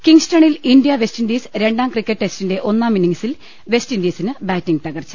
കിങ്സ്റ്റണിൽ India West Indies രണ്ടാം cricket ടെസ്റ്റിന്റെ ഒന്നാം ഇന്നിങ്സിൽ വെസ്റ്റ് ഇൻഡീസിന് ബാറ്റിങ് തകർച്ച